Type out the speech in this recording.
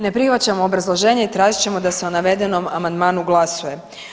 Ne prihvaćamo obrazloženje i tražit ćemo da se o navedenom amandmanu glasuje.